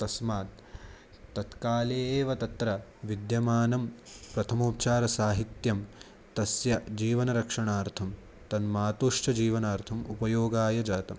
तस्मात् तत्काले एव तत्र विद्यमानं प्रथमोपचारसाहित्यं तस्य जीवनरक्षणार्थं तन्मातुश्चजीवनार्थम् उपयोगाय जातम्